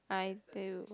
I tell you